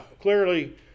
Clearly